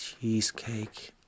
cheesecake